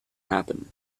happen